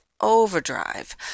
overdrive